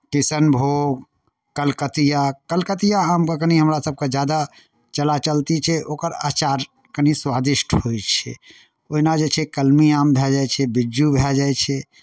किशन भोग कलकतिआ कलकतिआ आमके कनि हमरासभकेँ ज्यादा चला चलती छै ओकर अँचार कनि स्वादिष्ट होइ छै ओहिना जे छै कलमी आम भए जाइ छै बिज्जू भए जाइ छै